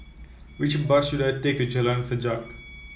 which bus should I take Jalan Sajak